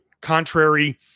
contrary